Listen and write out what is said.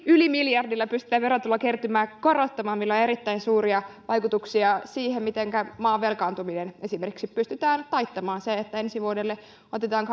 yli miljardilla pystytään verotulokertymää korottamaan millä on erittäin suuria vaikutuksia siihen mitenkä esimerkiksi maan velkaantuminen pystytään taittamaan se että ensi vuodelle otetaan